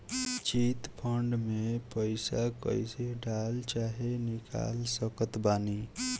Chit fund मे पईसा कईसे डाल चाहे निकाल सकत बानी?